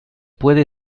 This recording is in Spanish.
puede